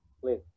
please